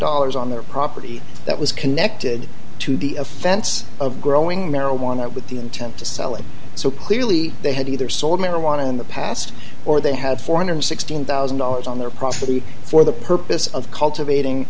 dollars on their property that was connected to the offense of growing marijuana with the intent to sell it so clearly they had either sold marijuana in the past or they had four hundred sixteen thousand dollars on their property for the purpose of cultivating